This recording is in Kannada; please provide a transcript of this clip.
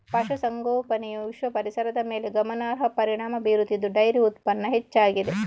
ಪಶು ಸಂಗೋಪನೆಯು ವಿಶ್ವ ಪರಿಸರದ ಮೇಲೆ ಗಮನಾರ್ಹ ಪರಿಣಾಮ ಬೀರುತ್ತಿದ್ದು ಡೈರಿ ಉತ್ಪನ್ನ ಹೆಚ್ಚಾಗಿದೆ